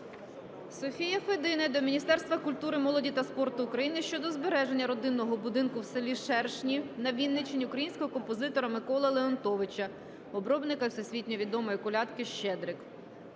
Софії Федини до Міністерства культури, молоді та спорту України щодо збереження родинного будинку в селі Шершні на Вінниччині українського композитора Миколи Леонтовича - обробника всесвітньовідомої колядки "Щедрик".